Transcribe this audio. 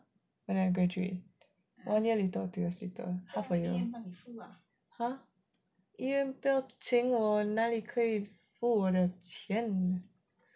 when I graduate one year later or two years later !huh! 医院不要请我哪里可以付我的钱